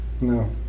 no